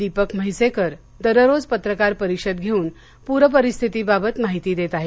दीपक म्हैसेकर दररोज पत्रकार परिषद घेऊन पूर परिस्थितीबाबत माहिती देत आहेत